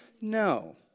No